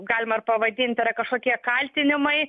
galima ir pavadint yra kažkokie kaltinimai